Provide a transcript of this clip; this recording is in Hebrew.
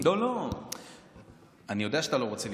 אני יודע שאתה לא רוצה לגרוע.